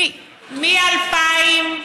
עדיף מאפס.